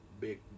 big